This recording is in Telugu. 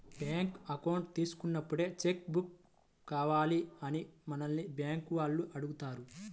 బ్యేంకు అకౌంట్ తీసుకున్నప్పుడే చెక్కు బుక్కు కావాలా అని మనల్ని బ్యేంకుల వాళ్ళు అడుగుతారు